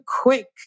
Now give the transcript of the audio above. quick